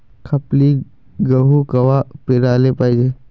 खपली गहू कवा पेराले पायजे?